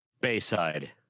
Bayside